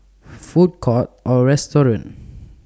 Food Courts Or restaurants